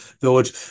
Village